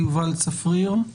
יובל צפריר.